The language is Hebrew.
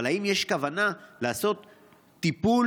אבל האם יש כוונה לעשות טיפול,